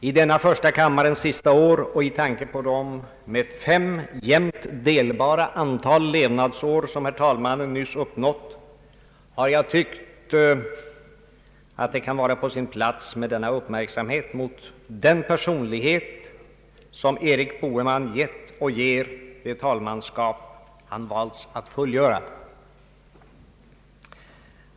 I detta första kammarens sista år och i tanke på det med fem jämnt delbara antal levnadsår som herr talmannen nyss uppnått har jag tyckt att det kan vara på sin plats med denna uppmärksamhet mot den personlighetens relief som Erik Boheman gett och ger det talmanskap han valts att fullgöra.